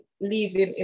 leaving